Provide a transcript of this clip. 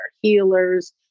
healers